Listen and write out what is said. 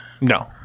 No